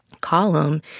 column